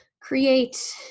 Create